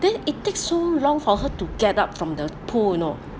then it takes so long for her to get up from the pool you know